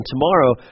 tomorrow